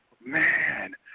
man